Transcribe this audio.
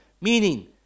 meaning